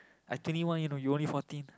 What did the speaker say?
I twenty one you know you only fourteen